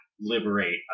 liberate